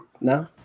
No